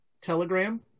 telegram